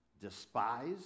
Despise